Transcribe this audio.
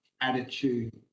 attitude